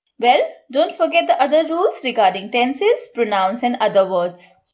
well, don't forget the other rules regarding tenses, pronouns, and other words.